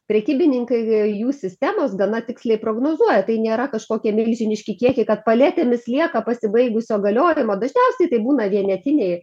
prekybininkai jų sistemos gana tiksliai prognozuoja tai nėra kažkokie milžiniški kiekiai kad paletėmis lieka pasibaigusio galiojimo dažniausiai tai būna vienetiniai